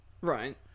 Right